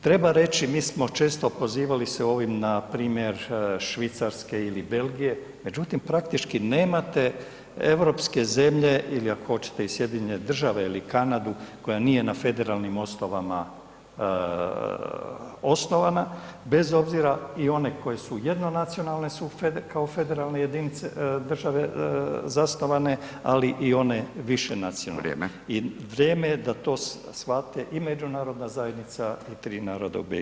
Treba reći mi smo često pozivali se u ovim na primjer i Švicarske ili Belgije međutim praktični nemate europske zemlje ili ako hoćete i SAD ili Kanadu koja nije na federalnim osnovama osnovana, bez obzira i one koje su jednonacionalne su kao federalne jedinice, države zasnovane, ali one višenacionalne [[Upadica: Vrijeme.]] i vrijeme je da to shvate i međunarodna zajednica i tri naroda u BiH.